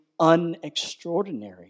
unextraordinary